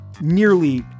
nearly